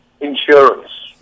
Insurance